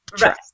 Right